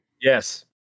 Yes